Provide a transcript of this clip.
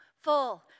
full